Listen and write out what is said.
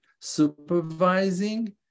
supervising